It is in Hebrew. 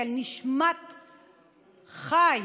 כאל נשמת חי,